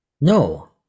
No